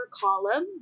column